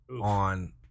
on